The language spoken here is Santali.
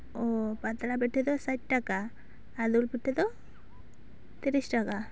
ᱳ ᱯᱟᱛᱲᱟ ᱯᱤᱴᱷᱟᱹ ᱫᱚ ᱥᱟᱴ ᱴᱟᱠᱟ ᱟᱨ ᱫᱩᱞ ᱯᱤᱴᱷᱟᱹ ᱫᱚ ᱛᱤᱨᱤᱥ ᱴᱟᱠᱟ